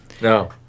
No